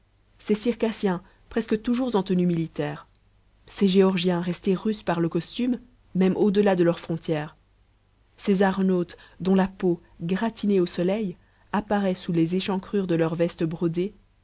ces circassiens presque toujours en tenue militaire ces géorgiens restés russes par le costume même au delà de leur frontière ces arnautes dont la peau gratinée au soleil apparaît sous les échancrures de leurs vestes brodées